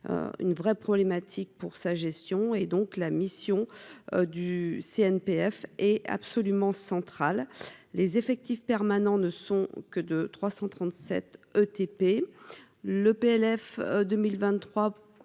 une vraie problématique pour sa gestion et donc la mission du CNPF est absolument centrale les effectifs permanents ne sont que de 337 ETP le PLF 2023